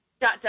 dot